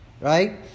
right